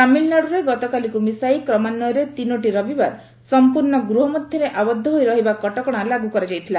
ତାମିଲନାଡ଼ୁରେ ଗତକାଲିକୁ ମିଶାଇ କ୍ରମାନ୍ୱୟରେ ତିନୋଟି ରବିବାର ସଫ୍ର୍ଣ୍ଣ ଗୃହ ମଧ୍ୟରେ ଆବଦ୍ଧ ହୋଇ ରହିବା କଟକଣା ଲାଗୁ କରାଯାଇଥିଲା